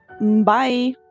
Bye